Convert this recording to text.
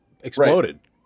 exploded